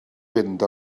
fynd